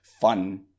fun